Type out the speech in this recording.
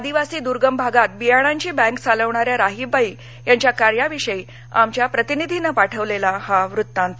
आदिवासी दर्गम भागात बियाणांची बँक चालवणाऱ्या राहीबाई यांच्या कार्याविषयी आमच्या प्रतिनिधीनं पाठवलेला हा वत्तांत